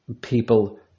people